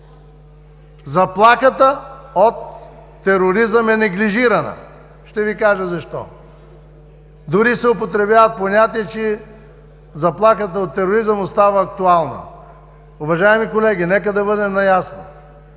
заплахата от тероризъм е неглижирана. Ще Ви кажа защо! Дори се употребява понятие, че заплахата от тероризъм остава актуална. Уважаеми колеги, нека бъдем наясно